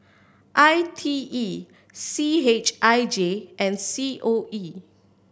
I T E C H I J and C O E